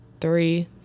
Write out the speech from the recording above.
three